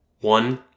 one